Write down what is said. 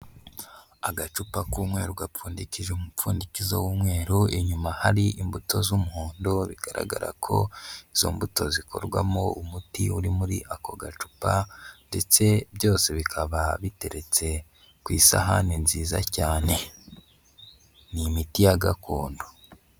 Agacupa k'umweru gapfundikije umupfundikizo w'umweru, inyuma hari imbuto z'umuhondo, bigaragara ko izo mbuto zikorwamo umuti uri muri ako gacupa, ndetse byose bikaba biteretse ku isahani nziza cyane. Ni imiti ya gakondo.